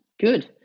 Good